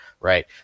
right